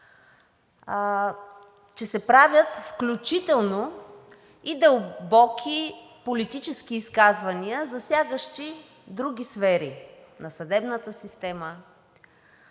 че се правят включително и дълбоки политически изказвания, засягащи други сфери – на съдебната система,